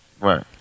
right